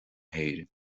héireann